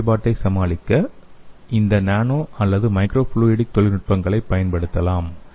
இந்த குறைபாட்டை சமாளிக்க இந்த நானோ அல்லது மைக்ரோஃப்ளூடிக் தொழில்நுட்பங்களைப் பயன்படுத்தலாம்